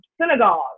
synagogue